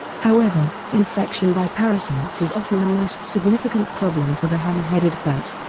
however, infection by parasites is often the most significant problem for the hammer-headed bat.